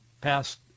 passed